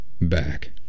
back